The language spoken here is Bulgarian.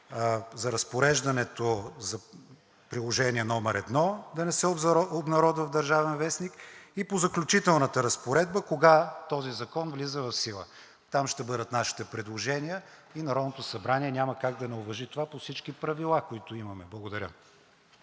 за разпореждането за Приложение № 1 да не се обнародва в „Държавен вестник“ и по Заключителната разпоредба кога този закон влиза в сила. Там ще бъдат нашите предложения и Народното събрание няма как да не уважи това по всички правила, които имаме. Благодаря.